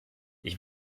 ich